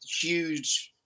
huge